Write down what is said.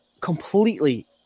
completely